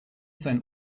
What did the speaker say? sein